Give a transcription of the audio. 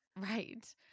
Right